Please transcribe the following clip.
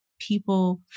people